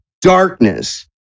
darkness